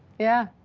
yeah,